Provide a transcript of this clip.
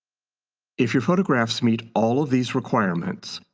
if your photographs meet all of these requirements,